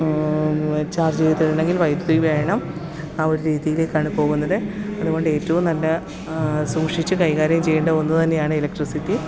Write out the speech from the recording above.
charge ചെയ്തിടണമെങ്കിൽ വൈദ്യുതി വേണം ആ ഒരു രീതിയിലേക്കാണ് പോകുന്നത് അതുകൊണ്ട് ഏറ്റവും നല്ല സൂക്ഷിച്ചു കൈകാര്യം ചെയ്യേണ്ട ഒന്നു തന്നെയാണ് ഇലക്ട്രിസിറ്റി